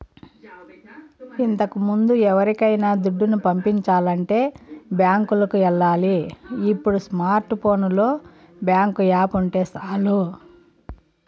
ఇంతకముందు ఎవరికైనా దుడ్డుని పంపించాలంటే బ్యాంకులికి ఎల్లాలి ఇప్పుడు స్మార్ట్ ఫోనులో బ్యేంకు యాపుంటే సాలు